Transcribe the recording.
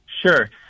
Sure